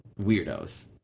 weirdos